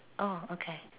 orh okay